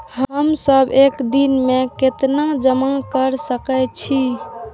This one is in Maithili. हम सब एक दिन में केतना जमा कर सके छी?